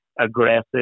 aggressive